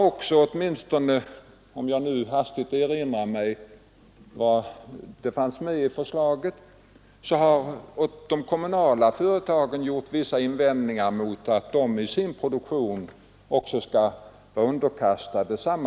Visst finns det nybyggda bostadsområden, där det kan finnas brister, men jag anser inte dessa brister vara allvarligare än att man mycket väl skall kunna komma till rätta med dem.